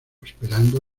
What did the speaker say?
esperando